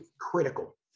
critical